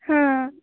हां